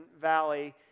Valley